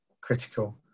critical